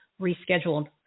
rescheduled